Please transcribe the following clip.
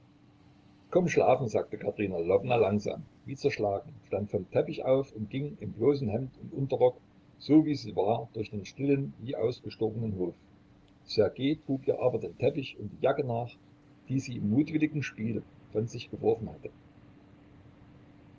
komm schlafen sagte katerina lwowna langsam wie zerschlagen stand vom teppich auf und ging im bloßen hemd und unterrock so wie sie war durch den stillen wie ausgestorbenen hof ssergej trug ihr aber den teppich und die jacke nach die sie im mutwilligen spiel von sich geworfen hatte